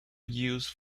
used